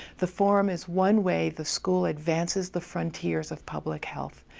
the forum is one way the school advances the frontiers of public health,